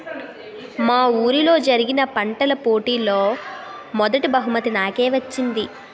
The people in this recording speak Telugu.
మా వూరిలో జరిగిన పంటల పోటీలలో మొదటీ బహుమతి నాకే వచ్చింది